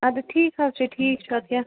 اَدٕ ٹھیٖک حظ چھُ ٹھیٖک چھُ اَدٕ کہِ